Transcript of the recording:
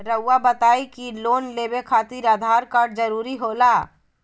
रौआ बताई की लोन लेवे खातिर आधार कार्ड जरूरी होला?